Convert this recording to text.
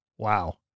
Wow